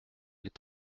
est